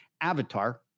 avatar